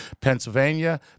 Pennsylvania